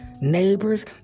neighbors